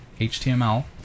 HTML